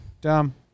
Dumb